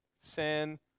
sin